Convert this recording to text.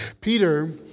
Peter